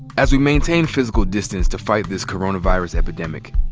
as we maintain physical distance to fight this coronavirus epidemic,